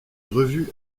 revue